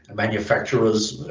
manufacturers,